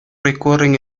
recorren